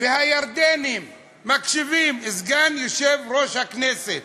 והירדנים מקשיבים, וסגן יושב-ראש הכנסת,